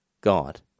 God